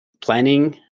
planning